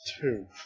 two